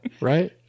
right